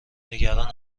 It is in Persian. نگران